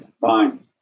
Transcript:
fine